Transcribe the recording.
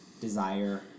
desire